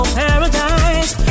paradise